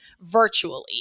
virtually